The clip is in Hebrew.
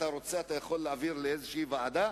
אתה יכול להעביר לאיזו ועדה,